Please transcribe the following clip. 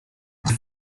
del